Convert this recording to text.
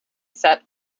set